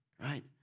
right